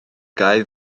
gau